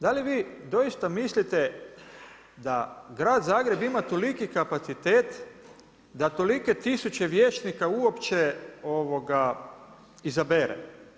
Da li vi doista mislite da grad Zagreb ima toliki kapacitet da tolike tisuće vijećnika izabere?